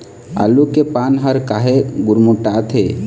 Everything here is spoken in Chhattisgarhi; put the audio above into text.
आलू के पान हर काहे गुरमुटाथे?